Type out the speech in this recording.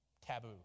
taboo